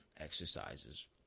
exercises